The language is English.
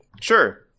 Sure